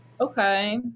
Okay